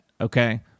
okay